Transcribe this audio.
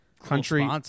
Country